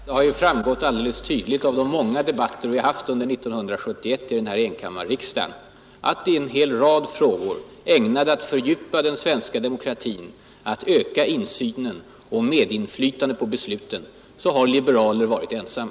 Herr talman! Det har framgått alldeles tydligt av de många debatter vi har haft under 1971 i enkammarriksdagen att i en hel rad frågor om åtgärder för att fördjupa den svenska demokratin, att öka insynen och medinflytandet på besluten, har liberaler varit ensamma.